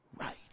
right